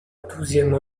douzième